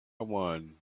one